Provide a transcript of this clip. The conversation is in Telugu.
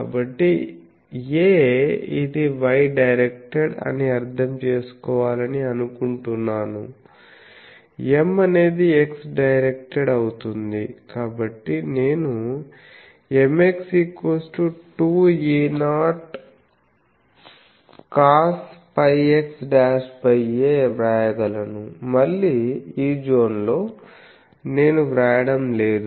కాబట్టి a ఇది y డైరెక్టెడ్ అని అర్థం చేసుకోవాలని అనుకుంటున్నాను M అనేది x డైరెక్టెడ్ అవుతుంది కాబట్టి నేను Mx 2E0 cosπx'a వ్రాయగలను మళ్ళీ ఈ జోన్లో నేను వ్రాయడం లేదు